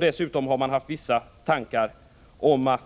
Dessutom har det funnits tankar om att